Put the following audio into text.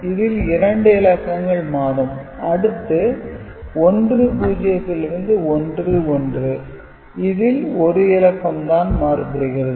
இதில் இரண்டு இலக்கங்கள் மாறும் அடுத்து 10 லிருந்து 11 இதில் ஒரு இலக்கம் தான் மாறுகிறது